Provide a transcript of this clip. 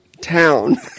town